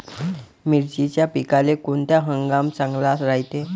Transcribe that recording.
मिर्चीच्या पिकाले कोनता हंगाम चांगला रायते?